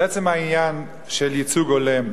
לעצם העניין של ייצוג הולם,